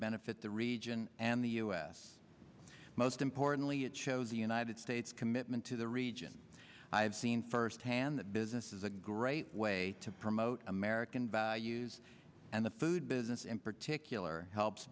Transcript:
benefit at the region and the u s most importantly it shows the united states commitment to the region i've seen firsthand that business is a great way to promote american values and the food business in particular helps